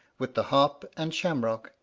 with the harp and shamrock,